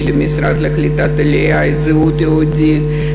למשרד לקליטת העלייה: זהות יהודית,